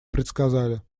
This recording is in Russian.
предсказали